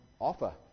offer